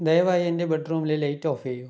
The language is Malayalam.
ദയവായി എന്റെ ബെഡ് റൂമിലെ ലൈറ്റ് ഓഫെയ്യൂ